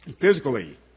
Physically